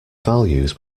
values